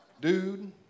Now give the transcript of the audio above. dude